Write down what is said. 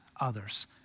others